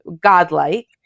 godlike